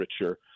richer